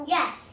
Yes